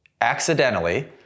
accidentally